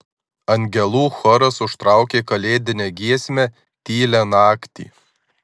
angelų choras užtraukė kalėdinę giesmę tylią naktį